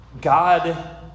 God